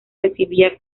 recibía